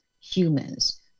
humans